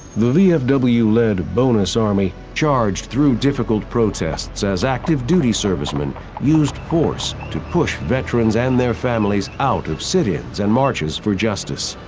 the vfw-supported bonus army charged through difficult protests as active duty servicemen used force to push veterans and their families out of sit-ins and marches for justice.